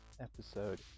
episode